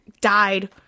died